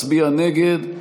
מצביע נגד.